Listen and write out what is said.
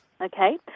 Okay